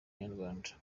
nyarwanda